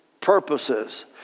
purposes